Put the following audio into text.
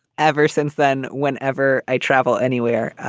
ever since then, whenever i travel anywhere,